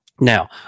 now